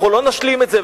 לא נשלים את זה,